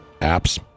apps